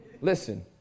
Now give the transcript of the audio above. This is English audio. Listen